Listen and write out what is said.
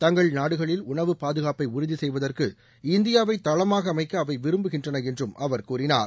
தங்கள் நாடுகளில் உணவு பாதுகாப்பை உறுதி செய்வதற்கு இந்தியாவை தளமாக அமைக்க அவை விரும்புகின்றன என்றும் அவர் கூறினார்